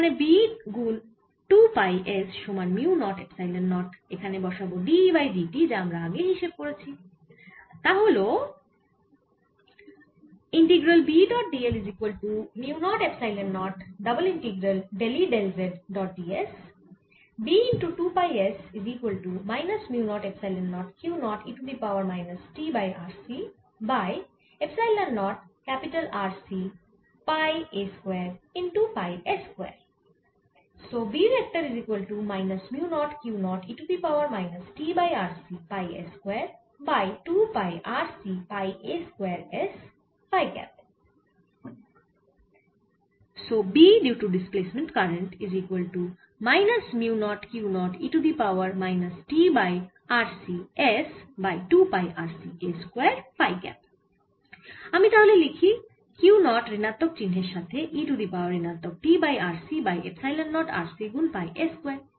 এখানে B গুন 2 পাই S সমান মিউ নট এপসাইলন নট এখানে বসাব dE বাই dt যা আমরা আগেই হিসেব করেছি আর তা হল আমি তাহলে লিখি Q 0 ঋণাত্মক চিহ্নের সাথে e টু দি পাওয়ার ঋণাত্মক t by RC by epsilon naught RC গুন পাই S স্কয়ার